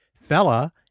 Fella